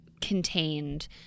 contained